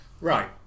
Right